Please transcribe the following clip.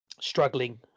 struggling